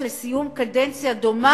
אבל אתה בדרך לסיום קדנציה דומה,